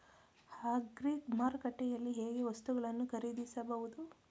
Agri ಮಾರುಕಟ್ಟೆಯಲ್ಲಿ ಹೇಗೆ ವಸ್ತುಗಳನ್ನು ಖರೀದಿಸಬಹುದು?